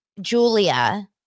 Julia